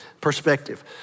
perspective